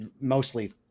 mostly